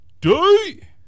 day